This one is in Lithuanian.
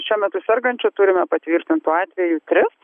šiuo metu sergančių turime patvirtintų atvejų tris